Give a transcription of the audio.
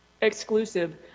exclusive